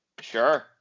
Sure